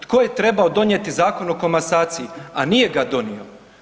Tko je trebao donijeti Zakon o komasaciji, a nije ga donio?